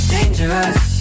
Dangerous